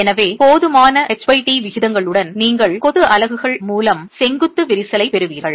எனவே போதுமான ht விகிதங்களுடன் நீங்கள் கொத்து அலகுகள் மூலம் செங்குத்து விரிசலைப் பெறுவீர்கள்